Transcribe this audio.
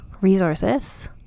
resources